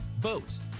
boats